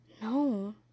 No